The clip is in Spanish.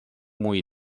muy